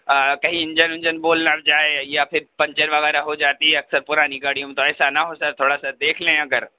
آ کہیں انجن ونجن بھول نہ جائے یا پھر پنچر وغیرہ ہو جاتی ہے اکثر پُرانی گاڑیوں میں تو ایسا نہ ہو سر تھوڑا سا دیکھ لیں اگر